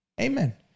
Amen